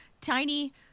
tiny